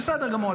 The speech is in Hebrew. בסדר גמור.